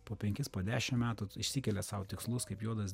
po penkis po dešim metų išsikelia sau tikslus kaip juodas